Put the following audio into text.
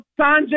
Sanjay